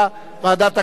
ועדת הכספים,